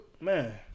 Man